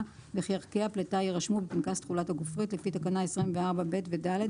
וכי ערכי הפליטה ירשמו בפנקס תכולת הגופרית לפי תקנה 24(ב) ו-(ד),